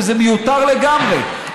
וזה מיותר לגמרי.